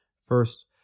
First